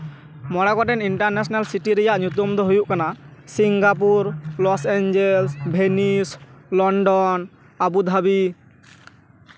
ᱢᱚᱬᱮ ᱜᱚᱴᱮᱱ international city ᱨᱮᱭᱟᱜ ᱧᱩᱛᱩᱢ ᱫᱚ ᱦᱩᱭᱩᱜ ᱠᱟᱱᱟ Singapore Los Angeles Venice London Abu Dhabi